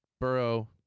Burrow